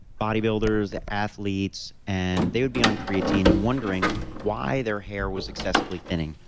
body builders, athletes, and they would be on creatine and wondering why their hair was excessively thinning,